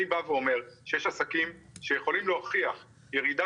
אני בא ואומר שיש עסקים שיכולים להוכיח ירידה